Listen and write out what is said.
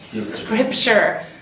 Scripture